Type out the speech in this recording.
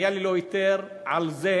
הבנייה ללא היתר, על זה